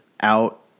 out